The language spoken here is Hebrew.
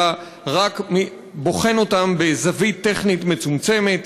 אלא רק בוחן אותם בזווית טכנית מצומצמת.